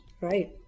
Right